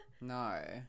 No